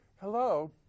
Hello